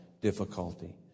difficulty